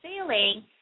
sailing